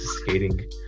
skating